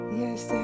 yes